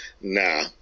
Nah